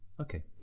Okay